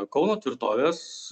kauno tvirtovės